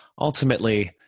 ultimately